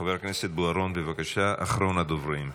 חבר הכנסת בוארון, בבקשה, אחרון הדוברים.